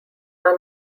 are